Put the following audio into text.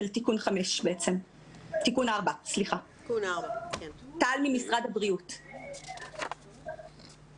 של תיקון מספר 4. משפט אחד לגבי מחיקת ההסדר הקודם.